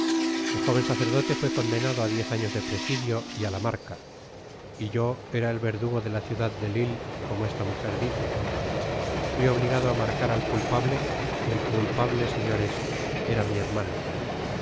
el jóven sacerdote fué condenado á diez años de presidio y a la marca y yo era el verdugo de la ciudad de lille como esta mujer dice fui obligado á marcar al culpable y el culpable señores era mi hermano